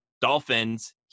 Dolphins